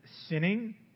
sinning